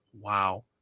wow